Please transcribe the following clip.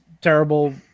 terrible